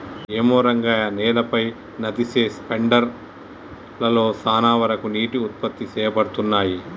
ఏమో రంగయ్య నేలపై నదిసె స్పెండర్ లలో సాన వరకు నీటికి ఉత్పత్తి సేయబడతున్నయి